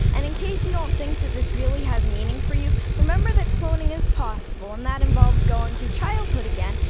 and in case you don't think that this really has meaning for you, remember that cloning is possible, and that involves going through childhood again,